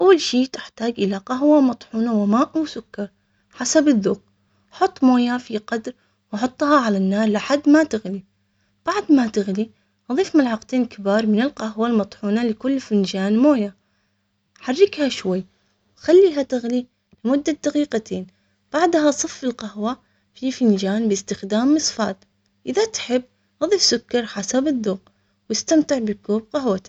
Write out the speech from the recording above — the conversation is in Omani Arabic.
أول شي تحتاج إلى قهوة مطحونة وماء وسكر حسب الذوق. حط مويه في قدر وحطها على النار لحد ما تغلي بعد ما تغلي ضيف ملعقتين كبار من القهوة المطحونة لكل فنجان موية. حرجها شوي خليها تغلي لمدة دقيقتين بعدها صف القهوة في فنجان باستخدام.